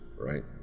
right